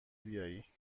بیایی